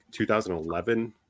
2011